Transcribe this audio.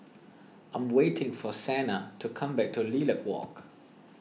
I am waiting for Sena to come back to Lilac Walk